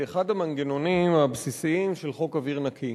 באחד המנגנונים הבסיסיים של חוק אוויר נקי,